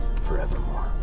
forevermore